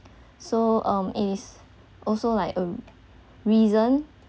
so um it's also like a reason